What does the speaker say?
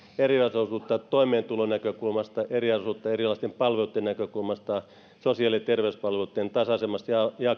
eriarvoisuutta toimeentulonäkökulmasta eriarvoisuutta erilaisten palveluitten näkökulmasta sosiaali ja terveyspalveluitten tasaisemmasta